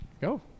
Go